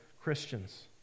Christians